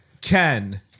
Ken